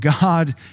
God